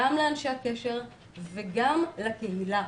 גם לאנשי הקשר וגם לקהילה.